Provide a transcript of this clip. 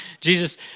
Jesus